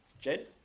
Jed